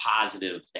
positive